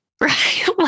right